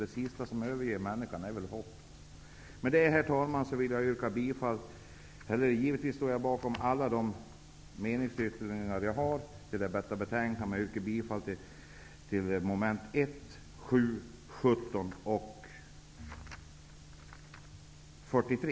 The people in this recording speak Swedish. Det sista som överger människan är ju hoppet. Med detta, herr talman, vill jag yrka bifall -- jag står givetvis bakom alla de meningsyttringar som jag har till detta betänkande -- till mom. 1, 7, 17 och 43.